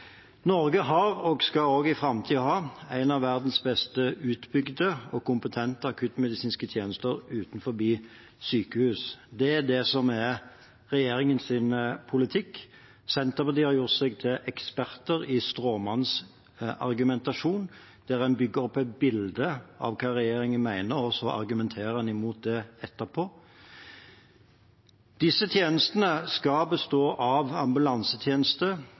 Norge har og skal også i framtiden ha en av verdens best utbygde og kompetente akuttmedisinske tjenester utenfor sykehus. Det er det som er regjeringens politikk. Senterpartiet har gjort seg til eksperter i stråmannsargumentasjon, der en bygger opp et bilde av hva regjeringen mener, og så argumenterer en imot det etterpå. Disse tjenestene skal bestå av